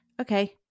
okay